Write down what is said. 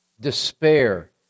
despair